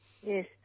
Yes